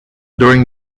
during